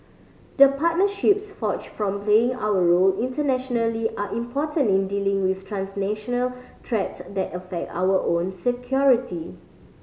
the partnerships forged from playing our role internationally are important in dealing with transnational threats that affect our own security